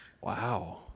Wow